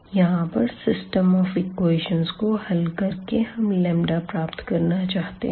यहां पर system of equations को हल करके हम लंबदा प्राप्त करना चाहते हैं